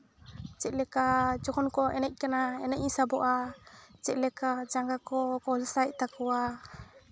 ᱪᱮᱫ ᱞᱮᱠᱟ ᱡᱚᱠᱷᱚᱱ ᱠᱚ ᱮᱱᱮᱡ ᱠᱟᱱᱟ ᱮᱱᱮᱡ ᱤᱧ ᱥᱟᱵᱚᱜᱼᱟ ᱪᱮᱫ ᱞᱮᱠᱟ ᱡᱟᱝᱜᱟ ᱠᱚ ᱠᱚᱞᱥᱟᱭᱮᱜ ᱛᱟᱠᱚᱣᱟ